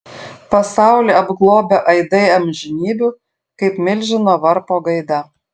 pasaulį apglobę aidai amžinybių kaip milžino varpo gaida